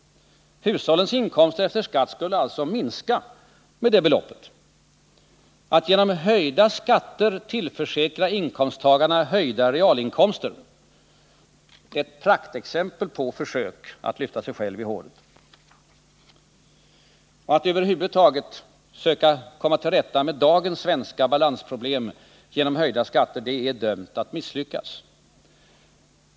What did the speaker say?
Hushållens inkomster efter skatt skulle minska med det beloppet. Att genom höjda skatter tillförsäkra inkomsttagarna höjda realinkomster är ett praktexempel på försök att lyfta sig själv i håret. Att över huvud taget söka komma till rätta med dagens svenska balansproblem genom höjda skatter är dömt att misslyckas.